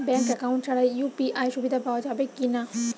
Bank account ছাড়া UPI সুবিধা পাওয়া যাবে কি না?